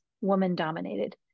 woman-dominated